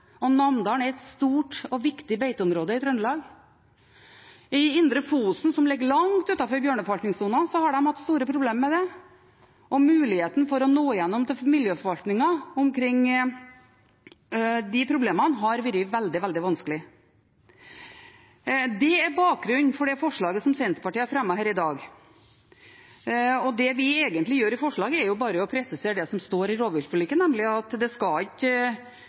og Namdalen er et stort og viktig beiteområde i Trøndelag. I Indre Fosen, som ligger langt utenfor bjørneforvaltningssonen, har de hatt store problemer med det, og å nå igjennom til miljøforvaltningen når det gjelder de problemene, har vært veldig, veldig vanskelig. Det er bakgrunnen for det forslaget som Senterpartiet har fremmet her i dag. Det vi egentlig gjør i forslaget, er jo bare å presisere det som står i rovviltforliket, nemlig at en skal ikke